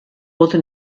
wurde